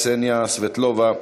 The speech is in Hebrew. קסניה סבטלובה,